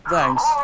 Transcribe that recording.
Thanks